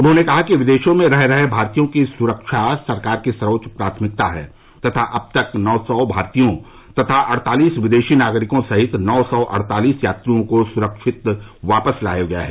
उन्होंने कहा कि विदेशों में रह रहे भारतीयों की सुरक्षा सरकार की सर्वोच्च प्राथमिकता है तथा अब तक नौ सौ भारतीयों तथा अड़तालीस विदेशी नागरिकों सहित नौ सौ अड़तालीस यात्रियों को सुरक्षित वापसलाया गया है